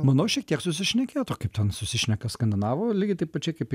manau šiek tiek susišnekėtų kaip ten susišneka skandinavų lygiai taip pačiai kaip